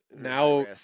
now